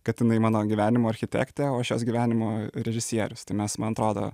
kad jinai mano gyvenimo architektė o aš jos gyvenimo režisierius tai mes man atrodo